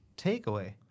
Takeaway